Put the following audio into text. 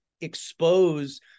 expose